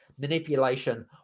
manipulation